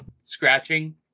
scratching